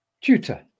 tutor